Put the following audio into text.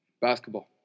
Basketball